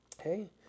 Hey